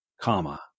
comma